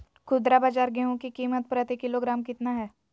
खुदरा बाजार गेंहू की कीमत प्रति किलोग्राम कितना है?